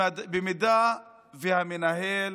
אם המנהל